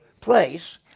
place